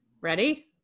Ready